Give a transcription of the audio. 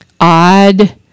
odd